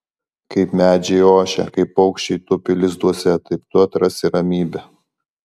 kaip medžiai ošia kaip paukščiai tupi lizduose taip tu atrasi ramybę